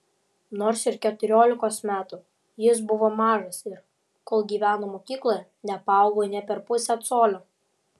nors ir keturiolikos metų jis buvo mažas ir kol gyveno mokykloje nepaaugo nė per pusę colio